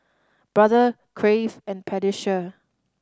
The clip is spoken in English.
Brother Crave and Pediasure